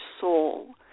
soul